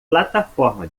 plataforma